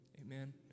Amen